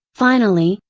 finally,